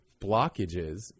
blockages